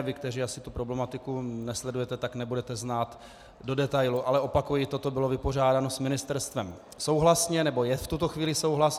Vy, kteří asi tu problematiku nesledujete, tak nebudete znát do detailu, ale opakuji, toto bylo vypořádáno s ministerstvem souhlasně, nebo je v tuto chvíli souhlas.